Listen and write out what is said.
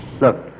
look